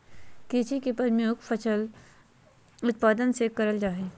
भूमि के प्रमुख उपयोग फसल के उत्पादन ले करल जा हइ